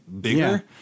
bigger